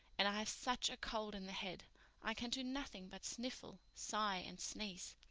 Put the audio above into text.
and i have such a cold in the head i can do nothing but sniffle, sigh and sneeze.